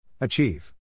Achieve